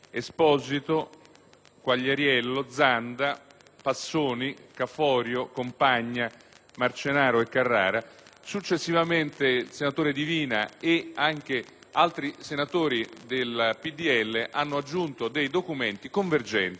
Quagliariello, Zanda, Passoni, Caforio, Compagna, Marcenaro e Carrara; successivamente il senatore Divina ed anche altri senatori del PdL hanno aggiunto documenti convergenti nella finalità